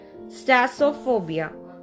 Stasophobia